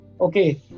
Okay